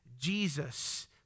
Jesus